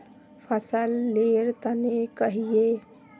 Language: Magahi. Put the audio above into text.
फसल लेर तने कहिए?